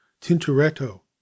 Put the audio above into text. Tintoretto